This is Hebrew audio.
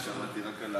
אני שמעתי רק על